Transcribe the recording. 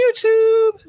YouTube